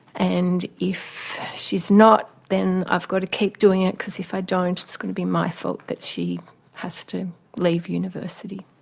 and if she's not then i've got to keep doing it because if i don't it's going to be my fault that she has to leave university.